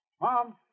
mom